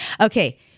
Okay